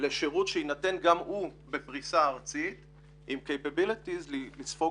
לשירות שיינתן גם הוא בפריסה ארצית עם אפשרות לספוג